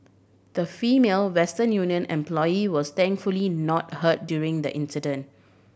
the Female Western Union employee was thankfully not hurt during the incident